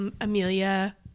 Amelia